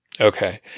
Okay